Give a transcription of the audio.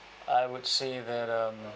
I would say that um